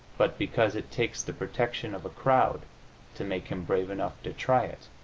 but because it takes the protection of a crowd to make him brave enough to try it.